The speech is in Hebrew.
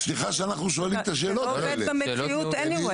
סליחה שאנחנו שואלים את השאלות --- זה לא עובד במציאות בכל מקרה.